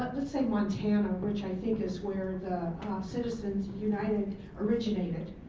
let's say montana, which i think is where the citizens united originated.